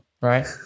Right